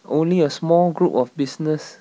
only a small group of business